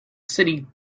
city